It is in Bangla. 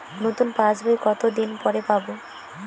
নতুন পাশ বই কত দিন পরে পাবো?